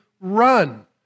run